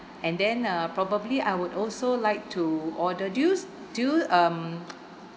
and then uh probably I would also like to order do you s~ do you um